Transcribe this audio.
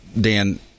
Dan